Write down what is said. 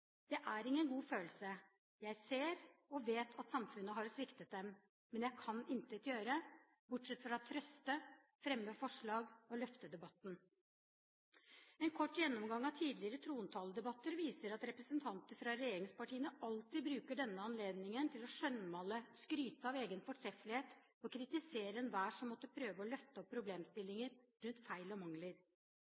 Det er ingen god følelse. Jeg ser og vet at samfunnet har sviktet dem, men jeg kan intet gjøre, bortsett fra å trøste, fremme forslag og løfte debatten. En kort gjennomgang av tidligere trontaledebatter viser at representanter fra regjeringspartiene alltid bruker denne anledningen til å skjønnmale, skryte av egen fortreffelighet og kritisere enhver som måtte prøve å løfte opp